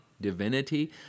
Divinity